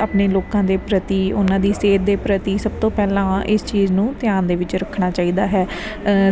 ਆਪਣੇ ਲੋਕਾਂ ਦੇ ਪ੍ਰਤੀ ਉਹਨਾਂ ਦੀ ਸਿਹਤ ਦੇ ਪ੍ਰਤੀ ਸਭ ਤੋਂ ਪਹਿਲਾਂ ਇਸ ਚੀਜ਼ ਨੂੰ ਧਿਆਨ ਦੇ ਵਿੱਚ ਰੱਖਣਾ ਚਾਹੀਦਾ ਹੈ